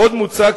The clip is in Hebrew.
עוד מוצע,